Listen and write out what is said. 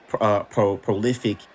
Prolific